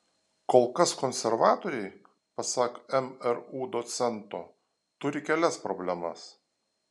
kol kas konservatoriai pasak mru docento turi kelias problemas